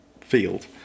field